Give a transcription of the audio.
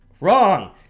Wrong